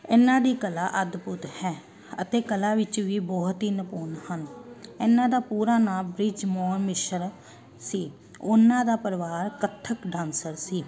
ਇਹਨਾਂ ਦੀ ਕਲਾ ਅਦਭੁੱਤ ਹੈ ਅਤੇ ਕਲਾ ਵਿੱਚ ਵੀ ਬਹੁਤ ਹੀ ਨਿਪੁੰਨ ਹਨ ਇਹਨਾਂ ਦਾ ਪੂਰਾ ਨਾਮ ਬ੍ਰਿਜ ਮੋਹਣ ਮਿਸ਼ਰ ਸੀ ਉਹਨਾਂ ਦਾ ਪਰਿਵਾਰ ਕੱਥਕ ਡਾਂਸਰ ਸੀ